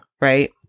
right